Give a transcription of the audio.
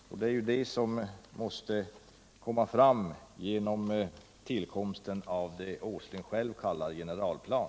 Och sådan måste skapas genom det herr Åsling själv kallar generalplan.